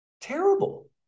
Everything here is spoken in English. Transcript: Terrible